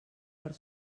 per